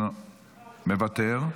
מוותר,